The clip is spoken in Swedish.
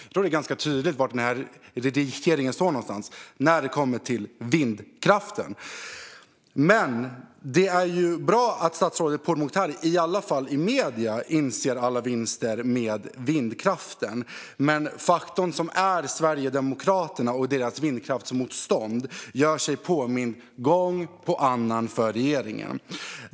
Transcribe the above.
Jag tror att det är ganska tydligt var någonstans denna regering står när det kommer till vindkraften. Men det är bra att statsrådet Pourmokhtari i alla fall i medierna inser alla vinster med vindkraften. Men den faktor som Sverigedemokraterna och deras vindkraftsmotstånd utgör gör sig gång på gång påmind för regeringen.